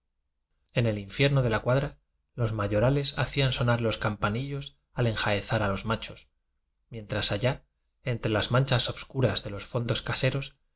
eri e infierno de la cuadra los mayorales hacían sonar los campanillas al eniaerua a h s mac os mientras allá entre las manchas obscuras de los fondos caseros